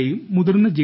എയും മുതിർന്ന ജെ